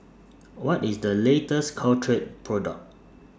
What IS The latest Caltrate Product